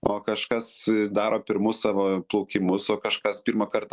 o kažkas daro pirmus savo plaukimus o kažkas pirmąkart